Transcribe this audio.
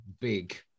Big